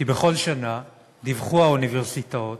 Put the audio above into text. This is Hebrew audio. כי בכל שנה דיווחו האוניברסיטאות